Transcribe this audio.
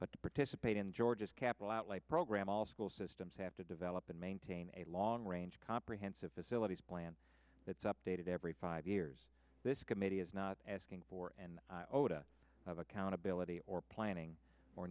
but to participate in georgia's capital outlay program all school systems have to develop and maintain a long range comprehensive facilities plan that's updated every five years this committee is not asking for an oda of accountability or planning or